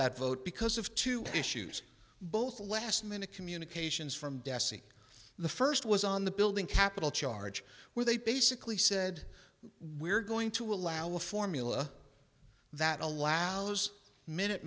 that vote because of two issues both the last minute communications from dessie the first was on the building capital charge where they basically said we're going to allow a formula that allows minute